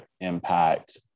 impact